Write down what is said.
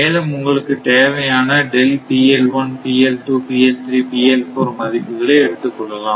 மேலும் உங்களுக்கு தேவையான மதிப்புகளை எடுத்துக் கொள்ளலாம்